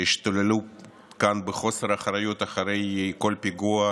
שהשתוללו כאן בחוסר אחריות אחרי כל פיגוע